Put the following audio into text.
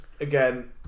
again